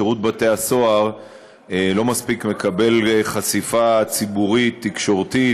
שירות בתי-הסוהר לא מקבל מספיק חשיפה ציבורית ותקשורתית,